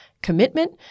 Commitment